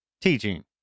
teaching